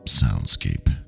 Soundscape